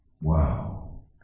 Wow